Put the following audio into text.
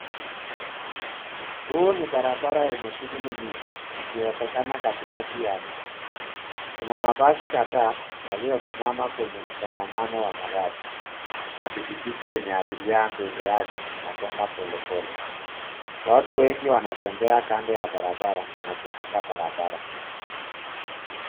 Huu ni barabara enye shuguli nyingi. Ikiwezekana katikati ya mji. Kuna mabasi kadhaa yaliyosimama kwenye msongamano wa magari. Na pikipiki yenye abiria mbele yake inasonga polepole. Watu wengi wantembea kando ya barabara na kuvuka barabara.